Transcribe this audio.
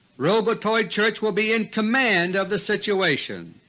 robotoid church will be in command of the situation.